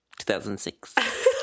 2006